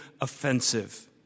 offensive